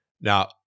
Now